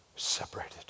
Separated